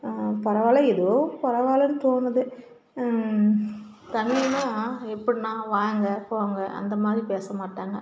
பரவாயில்ல ஏதோ பரவாயில்லன்னு தோணுது தமிழ்ன்னால் எப்படின்னா வாங்க போங்க அந்த மாதிரி பேச மாட்டாங்க